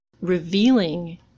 revealing